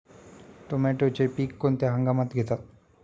टोमॅटोचे पीक कोणत्या हंगामात घेतात?